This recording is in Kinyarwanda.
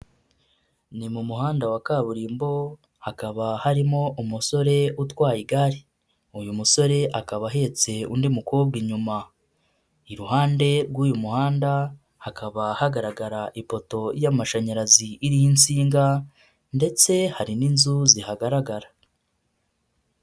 Ni mu muhanda wa kaburimbo hakaba harimo umusore utwaye igare, uyu musore akaba ahetse undi mukobwa inyuma. Iruhande rw'uyu muhanda hakaba hagaragara ipoto y'amashanyarazi iriho insinga, ndetse hari n'inzu zihagaragara.